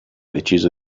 deciso